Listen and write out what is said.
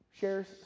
shares